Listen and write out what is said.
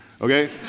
okay